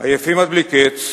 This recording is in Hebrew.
"עייפים עד בלי קץ,